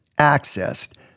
accessed